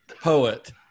Poet